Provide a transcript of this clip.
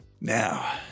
Now